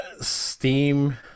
Steam